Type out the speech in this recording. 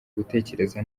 gutekereza